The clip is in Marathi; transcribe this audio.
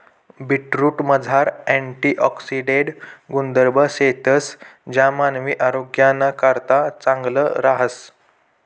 बीटरूटमझार अँटिऑक्सिडेंट गुणधर्म शेतंस ज्या मानवी आरोग्यनाकरता चांगलं रहास